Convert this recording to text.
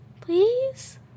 Please